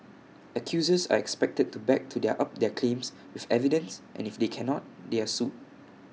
accusers are expected to back to their up their claims with evidence and if they cannot they are sued